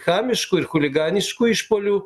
chamiškų ir chuliganiškų išpuolių